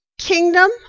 kingdom